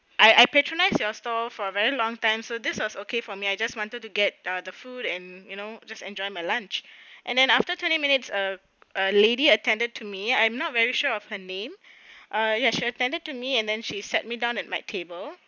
I I patronise your store for a very long time so this was okay for me I just wanted to get the food and you know just enjoy my lunch and then after twenty minutes err a lady attended to me I'm not very sure of her name ah she attended to me and then she sat me down at my table